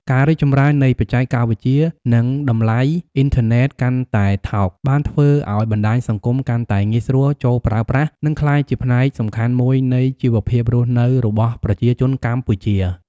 ការរីកចម្រើននៃបច្ចេកវិទ្យា និងតម្លៃអុីនធឺណិតកាន់តែថោក បានធ្វើឱ្យបណ្តាញសង្គមកាន់តែងាយស្រួលចូលប្រើប្រាស់ និងក្លាយជាផ្នែកសំខាន់មួយនៃជីវភាពរស់នៅរបស់ប្រជាជនកម្ពុជា។